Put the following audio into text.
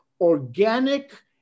organic